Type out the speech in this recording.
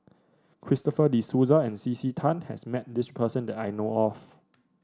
Christopher De Souza and C C Tan has met this person that I know of